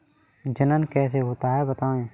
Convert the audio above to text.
जनन कैसे होता है बताएँ?